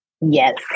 Yes